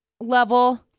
level